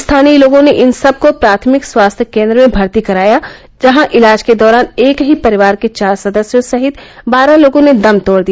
स्थानीय लोगों ने इन सबको प्राथमिक स्वास्थ्य केन्द्र में भर्ती कराया जहां इलाज के दौरान एक ही परिवार के चार सदस्यों सहित बारह लोगों ने दम तोड़ दिया